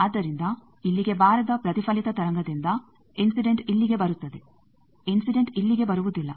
ಆದ್ದರಿಂದ ಇಲ್ಲಿಗೆ ಬಾರದ ಪ್ರತಿಫಲಿತ ತರಂಗದಿಂದ ಇನ್ಸಿಡೆಂಟ್ ಇಲ್ಲಿಗೆ ಬರುತ್ತದೆ ಇನ್ಸಿಡೆಂಟ್ ಇಲ್ಲಿಗೆ ಬರುವುದಿಲ್ಲ